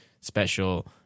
special